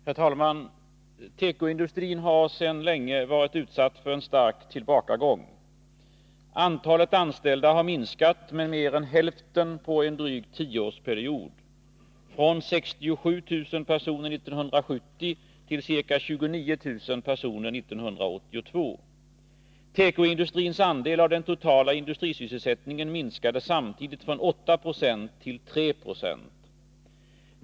Herr talman! Tekoindustrin har sedan länge varit utsatt för en stark tillbakagång. Antalet anställda har minskat med mer än hälften under en dryg tioårsperiod — från 67 500 personer år 1970 till ca 29 000 personer år 1982. Tekoindustrins andel av den totala industrisysselsättningen minskade samtidigt från 8 26 till 3 Zo.